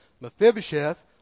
Mephibosheth